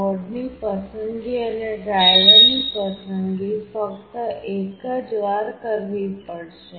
બોર્ડની પસંદગી અને ડ્રાઇવરની પસંદગી ફક્ત એક જ વાર કરવી પડશે